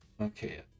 Okay